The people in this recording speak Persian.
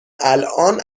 الان